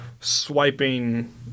swiping